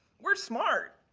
we're smart.